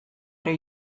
ere